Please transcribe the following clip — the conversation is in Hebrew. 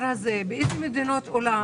באילו מדינות בעולם?